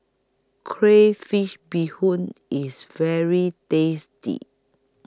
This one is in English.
Crayfish Beehoon IS very tasty